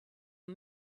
are